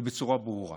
ובצורה ברורה.